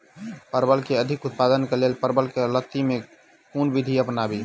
परवल केँ अधिक उत्पादन केँ लेल परवल केँ लती मे केँ कुन विधि अपनाबी?